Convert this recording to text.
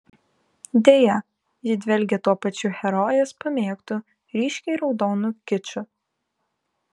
deja ji dvelkia tuo pačiu herojės pamėgtu ryškiai raudonu kiču